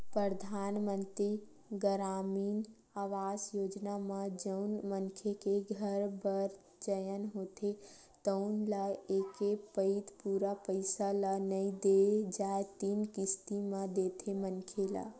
परधानमंतरी गरामीन आवास योजना म जउन मनखे के घर बर चयन होथे तउन ल एके पइत पूरा पइसा ल नइ दे जाए तीन किस्ती म देथे मनखे ल